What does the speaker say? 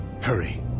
Hurry